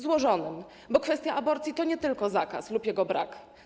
Złożonym, bo kwestia aborcji to nie tylko zakaz lub jego brak.